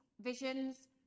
visions